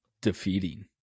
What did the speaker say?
defeating